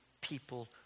people